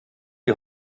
die